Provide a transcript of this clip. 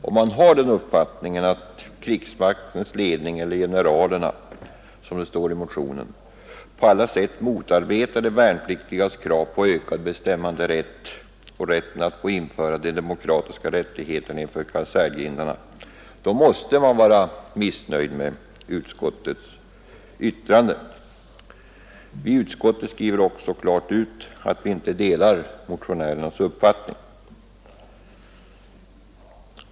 Om man har den uppfattningen att krigsmaktens ledning, eller ”generalerna” som det heter i motionen, på alla sätt motarbetar de Företagsdemokratin värnpliktigas krav på ökad bestämmanderätt och införandet av de OM krigsmakten, m.m. demokratiska rättigheterna innanför kaserngrindarna, då måste man vara missnöjd med utskottets yttrande. Vi i utskottet skriver också klart ut att vi inte delar motionärernas uppfattning.